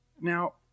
Now